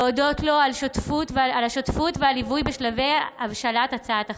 להודות לו על השותפות והליווי בשלבי הבשלת הצעת החוק.